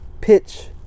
pitch